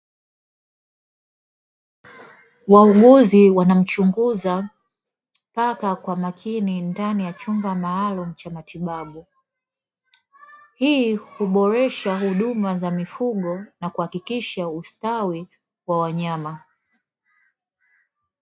Wauguzi wanamchunguza paka kwa makini ndani ya chumba maalumu cha matibabu, hii uboresha huduma za mifugo na kuhakikisha ustawi wa wanyama.